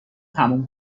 تموم